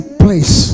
place